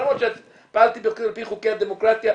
למרות שפעלתי על פי חוקי הדמוקרטיה,